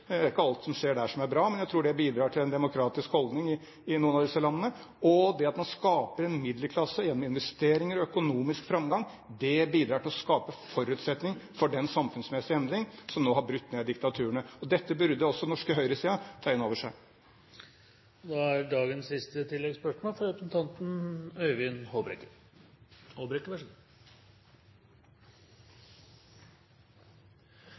er ikke alt som skjer der, som er bra, men jeg tror det bidrar til en demokratisk holdning i noen av disse landene. Det at man skaper en middelklasse gjennom investeringer og økonomisk framgang, bidrar til å skape forutsetning for den samfunnsmessige endring som nå har brutt med diktaturene. Dette burde også den norske høyresiden ta inn over seg. Øyvind Håbrekke – til siste